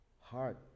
heart